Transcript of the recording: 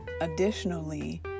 Additionally